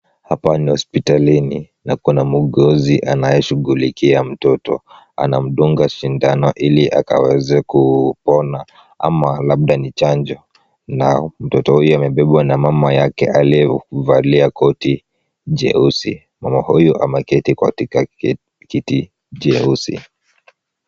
Hapa ni hospitalini na kuna muuguzi anayeshughulikia mtoto. Anamdunga sindano ili akaweza kupona ama labda ni chanjo na mtoto huyu amebebwa na mama yake aliyevalia koti jeusi. Mama huyu ameketi katika kiti jeusi.